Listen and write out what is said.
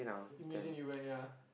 imagine you went ya